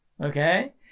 Okay